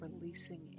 releasing